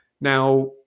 Now